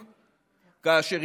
כהנא.